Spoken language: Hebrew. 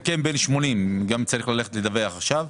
זקן בן שמונים צריך גם לדווח עכשיו?